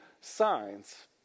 signs